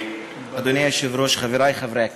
אדוני היושב-ראש, חברי חברי הכנסת,